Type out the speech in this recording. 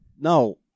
No